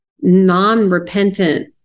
non-repentant